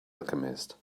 alchemist